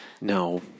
No